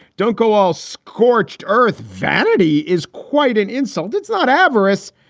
don't go all scorched earth. vanity is quite an insult. it's not avarice,